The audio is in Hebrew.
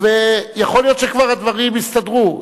ויכול להיות שכבר הדברים הסתדרו,